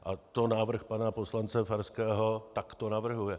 A to návrh pana poslance Farského takto navrhuje.